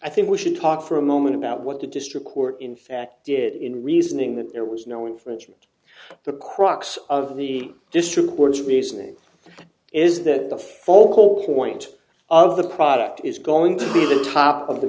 i think we should talk for a moment about what the district court in fact did in reasoning that there was no infringement the crux of the district board's reasoning is that the focal point of the product is going to be the top of the